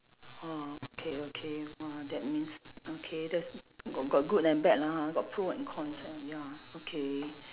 orh okay okay !wah! that means okay that's got got good and bad lah got pro and cons ah ya okay